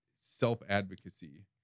self-advocacy